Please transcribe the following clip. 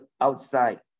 outside